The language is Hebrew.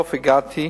בסוף הגעתי,